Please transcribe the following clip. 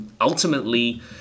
ultimately